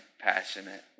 passionate